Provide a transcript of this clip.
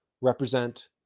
represent